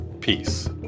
Peace